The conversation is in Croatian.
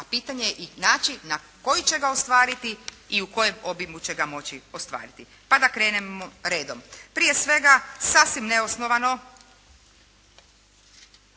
a pitanje i način na koji će ga ostvariti i u kojem obimu će ga moći ostvariti. Pa da krenemo redom. Prije svega, sasvim neosnovano